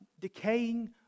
decaying